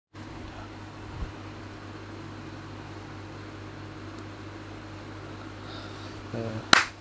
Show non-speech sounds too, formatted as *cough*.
*breath* uh